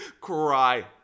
cry